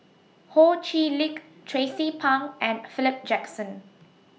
Ho Chee Lick Tracie Pang and Philip Jackson